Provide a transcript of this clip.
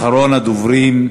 אחרון הדוברים,